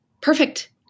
Perfect